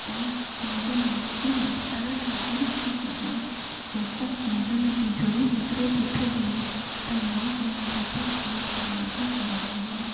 ऐं मुंहिंजो नालो बि मास्तर जल्दी लिखी छॾियाईं छो त मुंहिंजो नतीजो ई हेतिरो सुठो हुओ त न करण जो त कोई सुवालु ई कोन हुओ